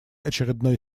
очередной